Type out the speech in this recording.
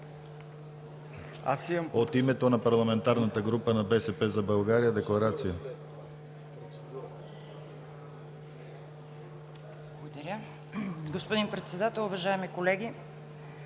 От името на Парламентарната група на БСП за България – декларация.